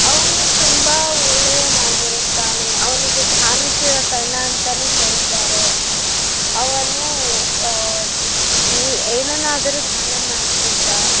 ಅವನು ತುಂಬ ಒಳ್ಳೆಯವನಾಗಿರುತ್ತಾನೆ ಅವನಿಗೆ ದಾನಶೂರ ಕರ್ಣ ಅಂತನೂ ಹೇಳ್ತಾರೆ ಅವನು ಈ ಏನನ್ನಾದರೂ ದಾನ ಮಾಡ್ತಿದ್ದ